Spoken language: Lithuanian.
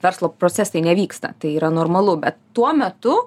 verslo procesai nevyksta tai yra normalu bet tuo metu